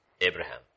Abraham